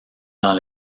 dans